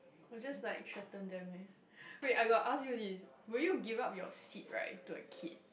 or just like threaten them meh wait I got ask you this would you give up your seat right to a kid